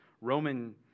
Roman